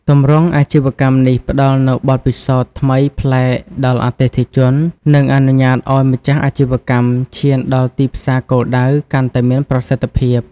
ទម្រង់អាជីវកម្មនេះផ្តល់នូវបទពិសោធន៍ថ្មីប្លែកដល់អតិថិជន និងអនុញ្ញាតឲ្យម្ចាស់អាជីវកម្មឈានដល់ទីផ្សារគោលដៅកាន់តែមានប្រសិទ្ធភាព។